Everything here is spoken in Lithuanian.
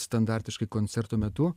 standartiškai koncerto metu